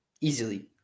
Easily